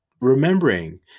remembering